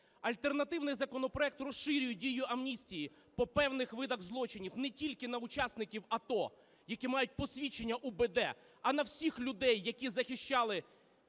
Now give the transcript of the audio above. Альтернативний законопроект розширює дію амністії по певних видах злочинів не тільки на учасників АТО, які мають посвідчення УБД, а на всіх людей, які захищали